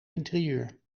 interieur